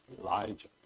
Elijah